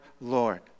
Lord